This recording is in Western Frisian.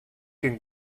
kin